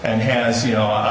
and has you know